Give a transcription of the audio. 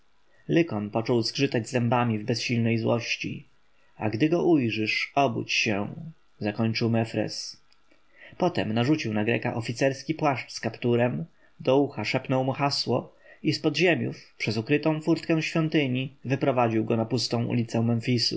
począł zgrzytać zębami w bezsilnej złości a gdy go ujrzysz obudź się zakończył mefres potem narzucił na greka oficerski płaszcz z kapturem do ucha szepnął mu hasło i z podziemiów przez ukrytą furtkę świątyni wyprowadził go na pustą ulicę memfisu